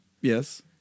Yes